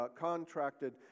contracted